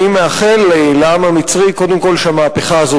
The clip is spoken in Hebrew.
אני מאחל לעם המצרי קודם כול שהמהפכה הזאת